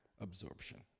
absorption